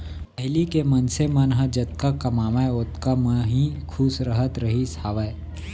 पहिली के मनसे मन ह जतका कमावय ओतका म ही खुस रहत रहिस हावय